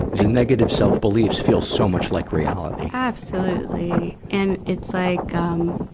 negative self-beliefs feel so much like reality. absolutely. and it's like, um,